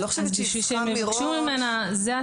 אז בשביל שהם יבקשו ממנה,